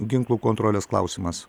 ginklų kontrolės klausimas